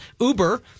Uber